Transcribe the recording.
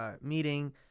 meeting